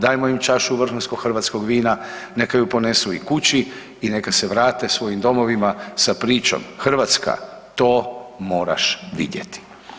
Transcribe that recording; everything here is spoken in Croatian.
Dajmo im čašu vrhunskog hrvatskog vina neka je ponesu i kući i neka se vrate svojim domovima sa pričom Hrvatska to moraš vidjeti.